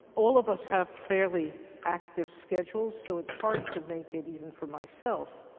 all of us have fairly active schedules so it's hard to make it, even for myself,